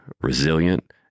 resilient